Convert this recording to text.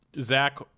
Zach